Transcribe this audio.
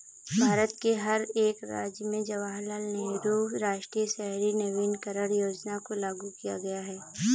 भारत के हर एक राज्य में जवाहरलाल नेहरू राष्ट्रीय शहरी नवीकरण योजना को लागू किया गया है